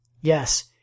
Yes